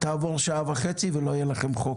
תעבור שעה וחצי ולא יהיה לכם חוק.